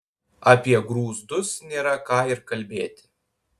apie grūzdus nėra ką ir kalbėti